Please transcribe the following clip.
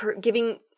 giving